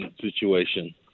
situation